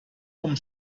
vom